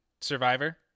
survivor